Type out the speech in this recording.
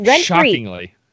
shockingly